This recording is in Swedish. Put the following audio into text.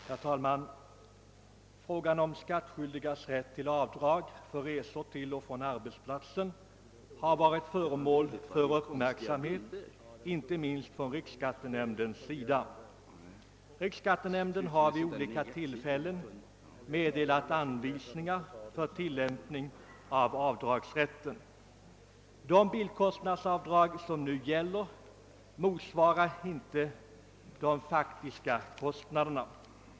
Herr talman! Frågan om skattskyldigs rätt till avdrag för resor till och från arbetsplatsen har varit föremål för uppmärksamhet inte minst från riksskattenämndens sida. Denna har vid olika tillfällen meddelat anvisningar för tillämpning av avdragsrätten. Det bilkostnadsavdrag som hittills medgivits motsvarar inte de faktiska kostnaderna.